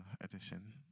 edition